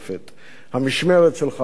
המשמרת שלך תמה.